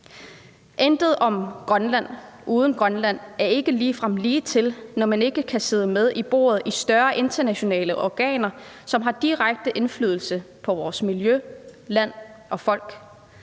»Intet om Grønland uden Grønland« er ikke ligefrem ligetil, når man ikke kan sidde med ved bordet i større internationale organer, som har direkte indflydelse på vores miljø, land og folk.